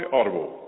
Audible